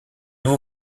vous